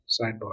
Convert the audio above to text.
sidebar